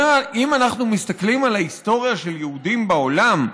אם אנחנו מסתכלים על ההיסטוריה של יהודים בעולם,